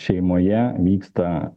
šeimoje vyksta